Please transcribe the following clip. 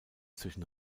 zwischen